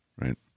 Right